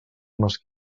mesquí